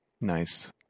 nice